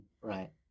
right